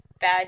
Bad